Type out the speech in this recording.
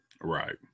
Right